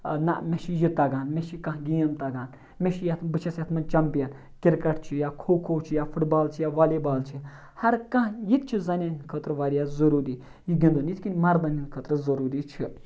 نہ مےٚ چھِ یہِ تگان مےٚ چھِ کانٛہہ گیم تَگان مےٚ چھِ یَتھ بہٕ چھَس یَتھ منٛز چَمپِیَن کِرکَٹ چھُ یا کھو کھو چھِ یا فُٹ بال چھِ یا والی بال چھِ ہرکانٛہہ یہِ تہِ چھُ زَنٮ۪ن ہِنٛدِ خٲطرٕ واریاہ ضٔروٗری یہِ گِنٛدُن یِتھ کٔنۍ مَردَن ہِنٛدِ خٲطرٕ ضٔروٗری چھِ